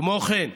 כמו כן,